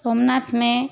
सोमनाथ में